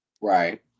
Right